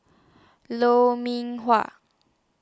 Lou Mee Wah